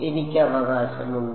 എനിക്ക് അവകാശമുണ്ട്